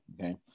okay